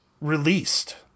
released